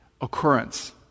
occurrence